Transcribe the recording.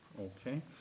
Okay